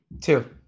Two